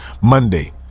Monday